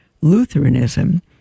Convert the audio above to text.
Lutheranism